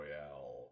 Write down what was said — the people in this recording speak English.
royale